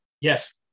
Yes